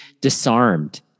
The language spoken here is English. disarmed